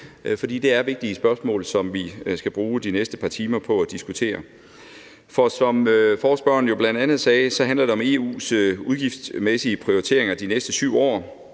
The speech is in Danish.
for det er vigtige spørgsmål, som vi skal bruge de næste par timer på at diskutere. For som ordføreren for forespørgerne jo bl.a. sagde, handler det om EU's udgiftsmæssige prioriteringer de næste 7 år,